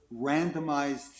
randomized